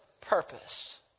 purpose